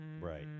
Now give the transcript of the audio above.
right